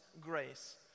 grace